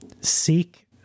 seek